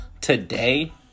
today